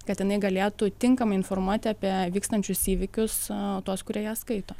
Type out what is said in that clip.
kad jinai galėtų tinkamai informuoti apie vykstančius įvykius a tuos kurie jas skaito